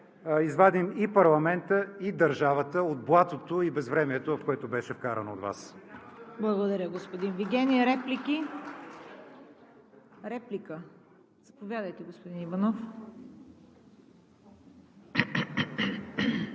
извадим и парламента, и държавата от блатото и безвремието, в които бяха вкарани от Вас.